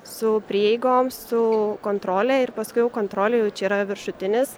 su prieigom su kontrole ir paskui jau kontrolė jau čia yra viršutinis